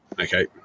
Okay